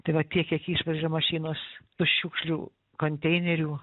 tai va tiek kiek išvežė mašinos už šiukšlių konteinerių